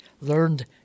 learned